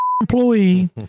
employee